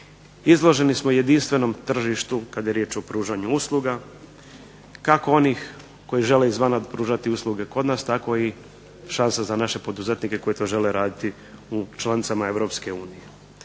izloženi smo jedinstvenom tržištu kada je riječ o pružanju usluga kako onih koji žele izvana pružati usluge kod nas tako i šansa za naše poduzetnike koji to žele raditi u članicama Europske unije.